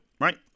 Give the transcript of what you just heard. right